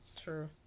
True